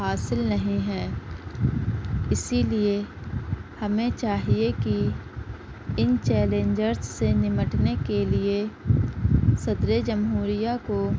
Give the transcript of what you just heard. حاصل نہیں ہے اسی لیے ہمیں چاہیے کہ ان چیلنجرس سے نمٹنے کے لیے صدر جمہوریہ کو